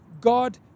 God